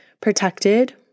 protected